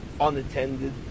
unattended